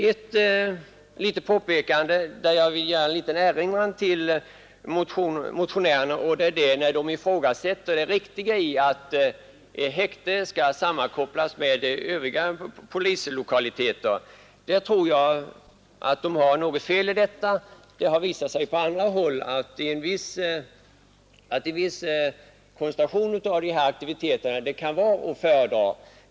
Jag vill samtidigt göra en liten erinran till motionärerna, när de ifrågasätter det riktiga i att sammankoppla ett häkte med rättsvårdande myndigheter. Jag tror att de har fel därvidlag. Det har nämligen visat sig att en viss koncentration av sådana aktiviteter kan vara att föredra.